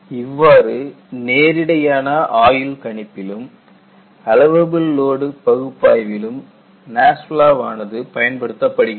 இவ்வாறு நேரிடையான ஆயுள் கணிப்பிலும் அலவபில் லோடு பகுப்பாய்விலும் NASFLA ஆனது பயன்படுத்தப்படுகிறது